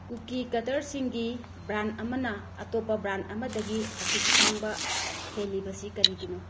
ꯀꯨꯀꯤ ꯀꯠꯇꯔꯁꯤꯡꯒꯤ ꯕ꯭ꯔꯥꯟ ꯑꯃꯅ ꯑꯇꯣꯞꯄ ꯕ꯭ꯔꯥꯟ ꯑꯃꯗꯒꯤ ꯑꯁꯨꯛ ꯇꯥꯡꯕ ꯍꯦꯜꯂꯤꯕꯁꯤ ꯀꯔꯤꯒꯤꯅꯣ